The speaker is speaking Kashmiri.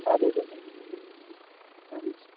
اَدٕ حظ اَدٕ حظ